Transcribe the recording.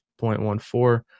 0.14